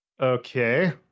Okay